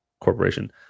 corporation